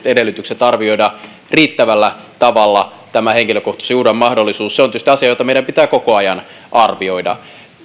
edellytykset arvioida riittävällä tavalla tämä henkilökohtaisen uhan mahdollisuus on tietysti asia jota meidän pitää koko ajan arvioida